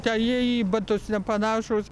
ten jei į batus nepanašūs